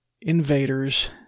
invaders